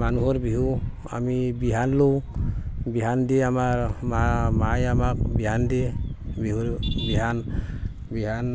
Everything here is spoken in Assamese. মানুহৰ বিহু আমি বিহুৱান লওঁ বিহুৱান দি আমাৰ মা মাই আমাক বিহুৱান দিয়ে বিহুৰ বিহুৱান বিহুৱান